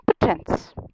competence